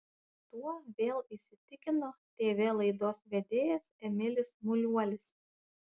tuo vėl įsitikino tv laidos vedėjas emilis muliuolis